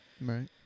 Right